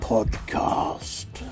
Podcast